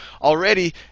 already